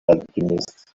alchemist